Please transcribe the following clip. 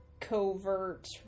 covert